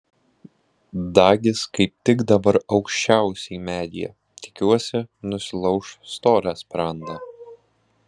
dagis kaip tik dabar aukščiausiai medyje tikiuosi nusilauš storą sprandą